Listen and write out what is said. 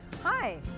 Hi